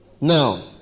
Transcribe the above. Now